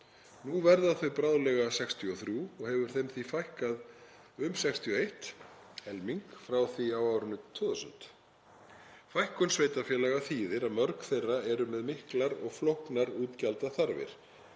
Nú verða þau 63 bráðlega og hefur þeim því fækkað um 61 frá því á árinu 2000. Fækkun sveitarfélaga þýðir að mörg þeirra eru með miklar og flóknar útgjaldaþarfir.